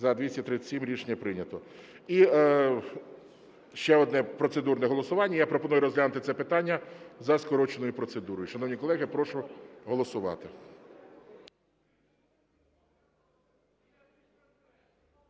За-237 Рішення прийнято. І ще одне процедурне голосування: я пропоную розглянути це питання за скороченою процедурою. Шановні колеги, прошу голосувати.